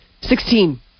Sixteen